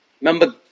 Remember